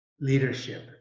leadership